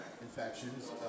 infections